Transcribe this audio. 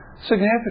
Significant